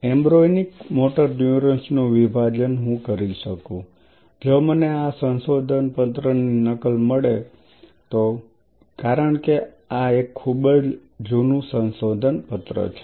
embryonic motor neurons નું વિભાજન હું કરી શકુ જો મને આ સંશોધન પત્ર ની નકલ મળે તો કારણ કે આ એક ખૂબ જ જૂનું સંશોધન પત્ર છે